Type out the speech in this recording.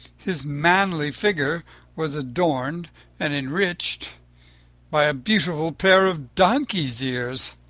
his manly figure was adorned and enriched by a beautiful pair of donkey's ears.